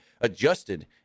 adjusted